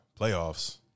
playoffs